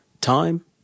Time